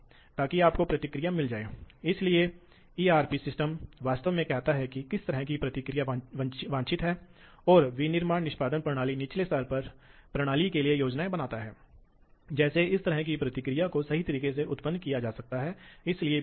इसी तरह इसलिए स्पीड ड्राइव के लिए बहुत अच्छी क्षणिक प्रतिक्रिया की आवश्यकता होती है इसलिए वे हैं इसलिए उन्हें बहुत तेज़ प्रतिक्रिया की आवश्यकता होती है इसलिए कम विद्युत और यांत्रिक समय स्थिरांक की आवश्यकता होती है और उन्हें लगातार काम करने वाले टॉर्क की आवश्यकता होती है